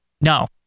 no